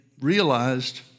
realized